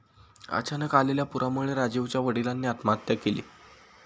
अचानक आलेल्या पुरामुळे राजीवच्या वडिलांनी आत्महत्या केली